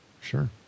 sure